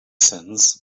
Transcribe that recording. sense